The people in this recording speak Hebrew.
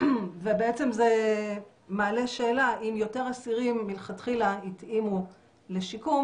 זה מעלה שאלה אם יותר אסירים מלכתחילה התאימו לשיקום